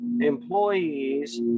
employees